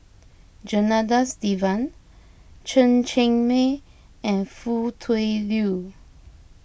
Janadas Devan Chen Cheng Mei and Foo Tui Liew